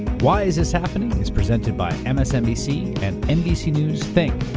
why is this happening? is presented by msnbc and nbc news think,